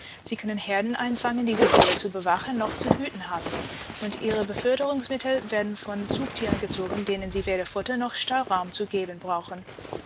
sie können herden einfangen die sie weder zu bewachen noch zu hüten haben und ihre beförderungsmittel werden von zugtieren gezogen denen sie weder futter noch stallraum zu geben brauchen